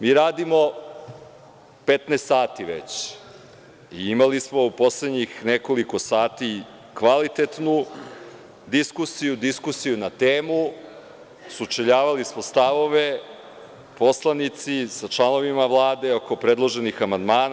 Mi radimo 15 sati već, i imali smo poslednjih nekoliko sati kvalitetnu diskusiju, diskusiju na temu, sučeljavali smo stavove, poslanici sa članovima Vlade oko predloženih amandmana.